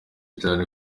cyane